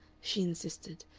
she insisted.